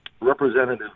Representative